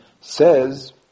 says